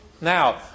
Now